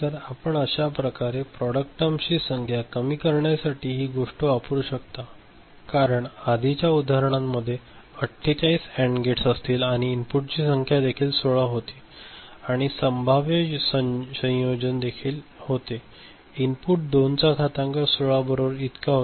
तर आपण अश्या प्रकारे प्रॉडक्ट टर्म्स ची संख्या कमी करण्यासाठी ही गोष्ट वापरु शकता कारण आधीच्या उदाहरणामध्ये 48 अँड गेट्स असतील आणि इनपुटची संख्या देखील 16 होती आणि संभाव्य संयोजन देखील होते इनपुट 2 चा घातांक 16 बरोबर इतका होता